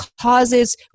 causes